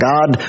God